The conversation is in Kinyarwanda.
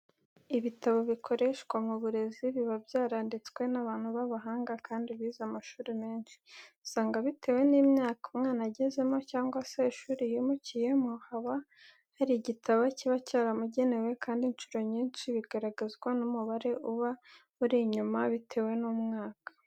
Ibitabo bikoreshwa mu burezi biba byaranditswe n'abantu b'abahanga kandi bize amashuri menshi. Usanga bitewe n'imyaka umwana agezemo cyangwa se ishuri yimukiyemo, haba hari igitabo kiba cyaramugenewe kandi inshuro nyinshi bigaragazwa n'umubare uba uri inyuma bitewe n'umwaka.